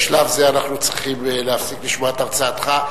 בשלב זה אנחנו צריכים להפסיק לשמוע את הרצאתך.